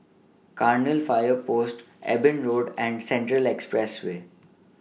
Cairnhill Fire Post Eben Road and Central Expressway